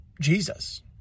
Jesus